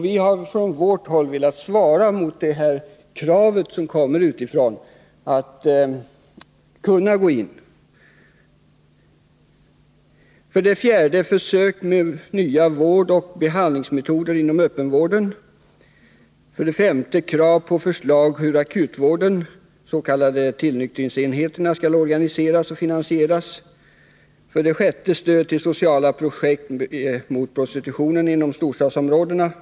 Vi har från vårt håll velat ge anslag som bättre svarar mot det krav som kommer från organisationer och folkrörelser, så att dessa kan gå in och göra en insats. 6. Stöd till sociala projekt mot prostitutionen inom storstadsområdena.